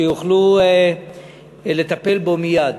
יוכלו לטפל בו מייד.